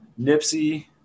Nipsey